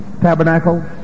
tabernacle